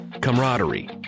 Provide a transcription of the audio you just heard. camaraderie